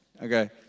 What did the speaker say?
Okay